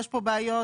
יש בעיות-